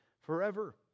forever